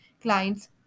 clients